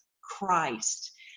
Christ